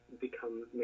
become